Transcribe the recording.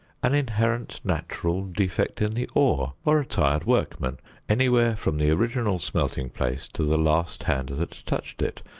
an inherent natural defect in the ore, or a tired workman anywhere from the original smelting place to the last hand that touched it,